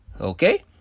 Okay